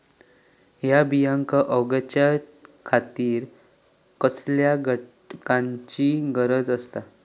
हया बियांक उगौच्या खातिर कसल्या घटकांची गरज आसता?